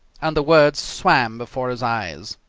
and the words swam before his eyes.